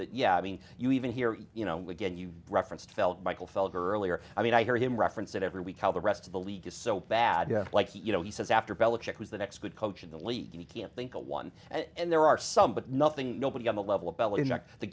that yeah i mean you even here you know again you referenced felt michael felger earlier i mean i hear him reference it every week how the rest of the league is so bad like you know he says after belichick was the next good coach of the league he can't think of one and there are some but nothing nobody on the level of bell in the